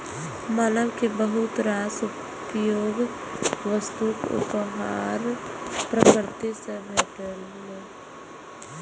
मानव कें बहुत रास उपयोगी वस्तुक उपहार प्रकृति सं भेटलैए